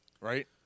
right